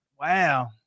Wow